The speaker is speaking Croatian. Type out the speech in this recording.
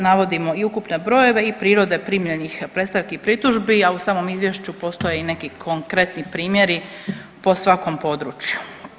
Navodimo i ukupne brojeve i prirode primljenih predstavki i pritužbi, a u samom izvješću postoje i neki konkretni primjeri po svakom području.